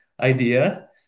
idea